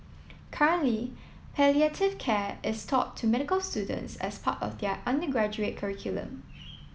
currently palliative care is taught to medical students as part of their undergraduate curriculum